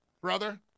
Brother